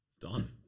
Done